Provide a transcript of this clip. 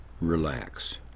relax